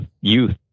youth